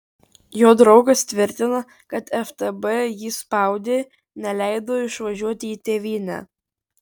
jo draugas tvirtina kad ftb jį spaudė neleido išvažiuoti į tėvynę